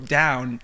down